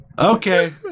Okay